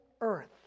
earth